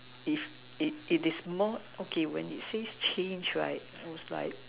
if it it is more okay when it says changed right sounds like